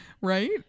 Right